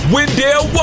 Wendell